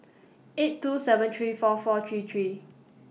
eight two seven three four four three three